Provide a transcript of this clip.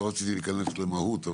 לא רציתי להיכנס למהות,